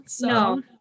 No